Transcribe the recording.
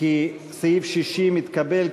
כי סעיף 60 התקבל,